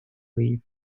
leave